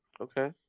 Okay